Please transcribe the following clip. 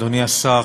אדוני השר,